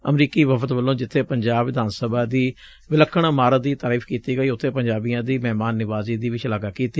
ਅਮਰੀਕੀ ਵਫਦ ਵੱਲੋਂ ਜਿੱਬੇ ਪੰਜਾਬ ਵਿਧਾਨ ਸਭਾ ਦੀ ਵਿਲੱਖਣ ਇਮਾਰਤ ਦੀ ਤਾਰੀਫ ਕੀਤੀ ਗਈ ਉੱਬੇ ਪੰਜਾਬੀਆਂ ਦੀ ਮਹਿਮਾਨ ਨਿਵਾਜ਼ੀ ਦੀ ਵੀ ਸ਼ਲਾਘਾ ਕੀਤੀ